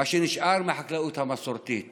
מה שנשאר מהחקלאות המסורתית